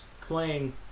playing